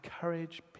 courage